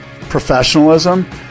professionalism